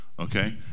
Okay